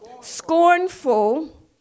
scornful